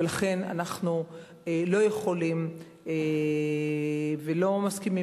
ולכן אנחנו לא יכולים ולא מסכימים.